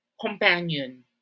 companion